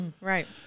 Right